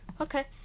okay